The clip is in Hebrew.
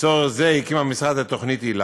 לצורך זה הקים המשרד את תוכנית היל"ה,